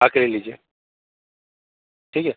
आके ले लीजिए ठीक है